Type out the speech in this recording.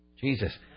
Jesus